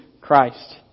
Christ